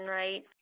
right